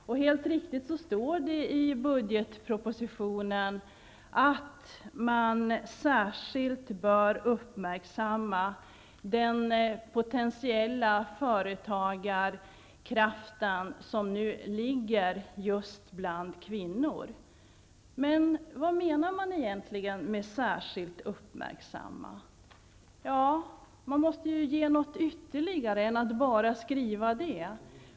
Helt riktigt står det i budgetpropositionen att man särskilt bör uppmärksamma den potentiella företagarkraft som finns just bland kvinnor. Men vad menas egentligen med att särskilt uppmärksamma? Man måste ju ge något ytterligare än att bara skriva det.